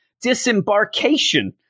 disembarkation